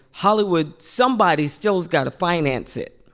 hollywood somebody still has got to finance it.